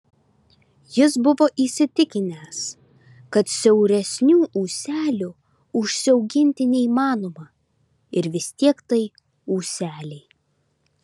jis buvo įsitikinęs kad siauresnių ūselių užsiauginti neįmanoma ir vis tiek tai ūseliai